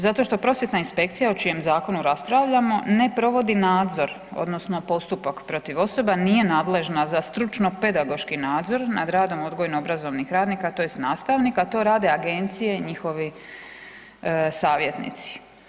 Zato što prosvjetna inspekcija o čijem zakonu raspravljamo ne provodi nadzor odnosno postupak protiv osoba, nije nadležna za stručno pedagoški nadzor nad radom odgojno obrazovnih radnika tj. nastavnika to rade agencije i njihovi savjetnici.